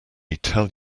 tell